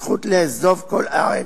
הזכות לעזוב כל ארץ,